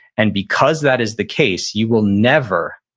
and because that is the case, you will never,